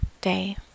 day